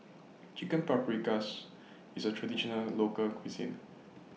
Chicken Paprikas IS A Traditional Local Cuisine